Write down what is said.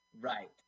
Right